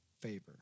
favor